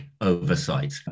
oversight